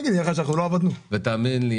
ותאמין לי,